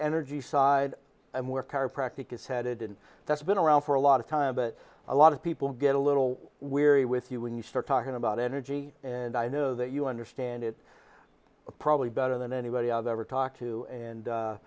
energy side and work are practical headed and that's been around for a lot of time but a lot of people get a little weary with you when you start talking about energy and i know that you understand it probably better than anybody i've ever talked to and